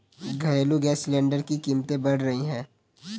घरेलू gas cylinder की कीमतें बढ़ रही है